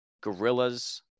gorillas